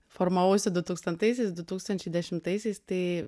formavausi dutūkstantaisiais du tūkstančiai dešimtaisiais tai